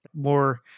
more